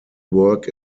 work